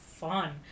fun